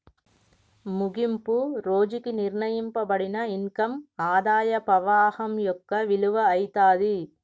ముగింపు రోజుకి నిర్ణయింపబడిన ఇన్కమ్ ఆదాయ పవాహం యొక్క విలువ అయితాది